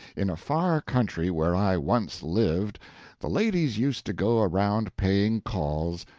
in a far country where i once lived the ladies used to go around paying calls,